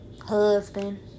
husband